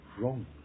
wrong